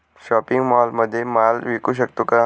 Shopping मॉलमध्ये माल विकू शकतो का?